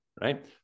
right